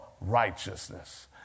righteousness